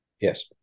Yes